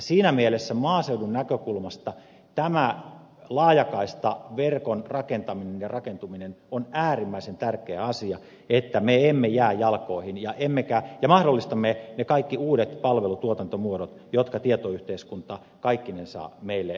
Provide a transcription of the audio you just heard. siinä mielessä maaseudun näkökulmasta tämä laajakaistaverkon rakentaminen ja rakentuminen on äärimmäisen tärkeä asia että me emme jää jalkoihin ja mahdollistamme ne kaikki uudet palvelutuotantomuodot jotka tietoyhteiskunta kaikkinensa meille tarjoaa